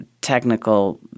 technical